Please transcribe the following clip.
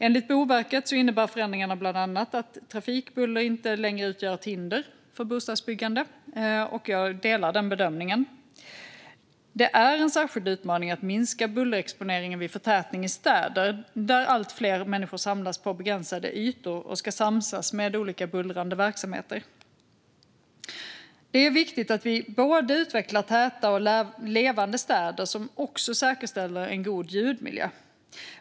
Enligt Boverket innebär förändringarna bland annat att trafikbuller inte längre utgör ett hinder för bostadsbyggande - och jag delar den bedömningen. Det är en särskild utmaning att minska bullerexponeringen vid förtätning i städer, där allt fler människor samlas på begränsade ytor och ska samsas med olika bullrande verksamheter. Det är viktigt att vi både utvecklar täta och levande städer och säkerställer en god ljudmiljö.